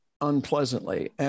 unpleasantly